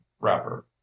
wrapper